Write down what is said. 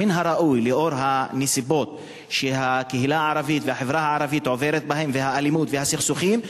עקב הנסיבות שהקהילה הערבית והחברה הערבית עוברת והאלימות והסכסוכים,